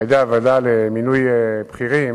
על-ידי הוועדה למינוי בכירים,